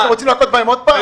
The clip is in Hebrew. אנחנו רוצים להכות בהם עוד פעם?